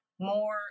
more